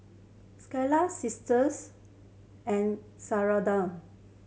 Skylar Sisters and Sharonda